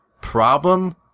problem